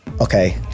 Okay